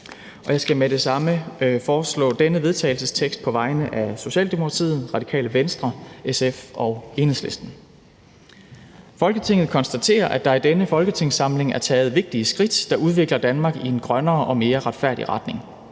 jeg skal med det samme foreslå denne vedtagelsestekst på vegne af Socialdemokratiet, Radikale Venstre, SF og Enhedslisten: Forslag til vedtagelse »Folketinget konstaterer, at der i denne folketingssamling er taget vigtige skridt, der udvikler Danmark i en grønnere og mere retfærdig retning,